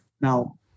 Now